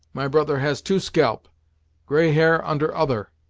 my brother has two scalp gray hair under other.